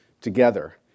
together